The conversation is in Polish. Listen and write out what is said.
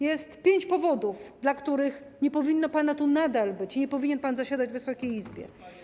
Jest pięć powodów, dla których nie powinno tu pana nadal być, nie powinien pan zasiadać w Wysokiej Izbie.